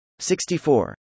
64